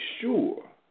sure